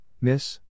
miss